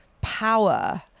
power